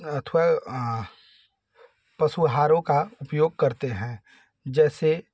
अथवा पशुहारों का उपयोग करते हैं जैसे